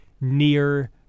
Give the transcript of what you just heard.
near-